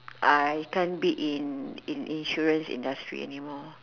I can't be in in insurance industry anymore